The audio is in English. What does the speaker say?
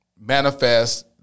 manifest